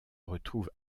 retrouve